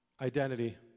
identity